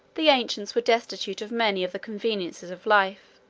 the ancients were destitute of many of the conveniences of life,